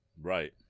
Right